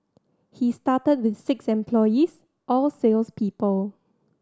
he started with six employees all sales people